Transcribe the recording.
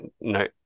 no